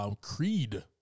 Creed